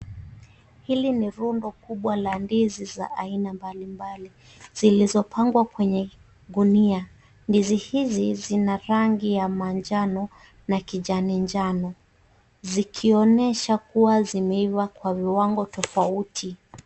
Hili ni rundo kubwa la ndizi za aina mbalimbali zilizopangwa kwenye gunia ,ndizi hizi hizi zina rangi ya manjano na kijani njano zikionyesha kuwa zimeiva kwa viwango tofauti.